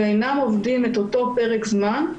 ואינם עובדים את אותו פרק זמן,